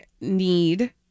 need